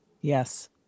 Yes